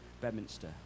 Bedminster